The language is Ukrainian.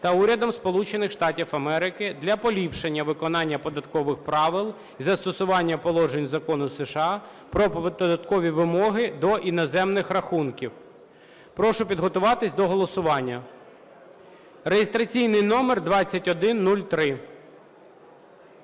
Штатів Америки для поліпшення виконання податкових правил й застосування положень Закону США "Про податкові вимоги до іноземних рахунків". Прошу підготуватись до голосування (реєстраційний номер 2103).